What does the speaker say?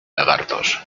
lagartos